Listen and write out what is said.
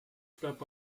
peab